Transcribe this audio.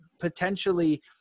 potentially